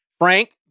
frank